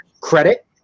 credit